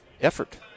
effort